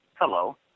Hello